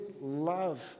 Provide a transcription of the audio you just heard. love